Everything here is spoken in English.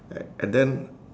a~ and then